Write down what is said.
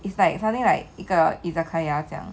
it's like something like 一个 izakaya 这样